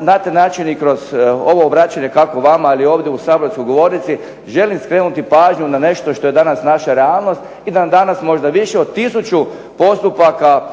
na taj način i kroz ovo obraćanje kako vama ali i ovdje u saborskoj govornici želim skrenuti pažnju na nešto što je danas naša realnost. I da danas možda više od 1000 postupaka